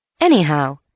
Anyhow